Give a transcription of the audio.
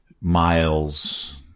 miles